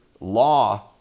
law